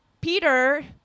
Peter